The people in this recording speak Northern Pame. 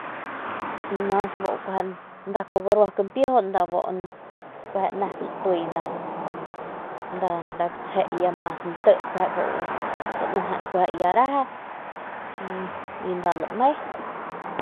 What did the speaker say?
Y mas bu nda kuaju garua kampijun nda nep lapiy nda nda gutjse mas nti ya bu reje danueje y nda lame.